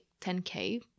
10K